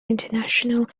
international